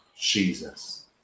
Jesus